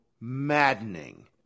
maddening